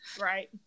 Right